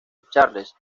charles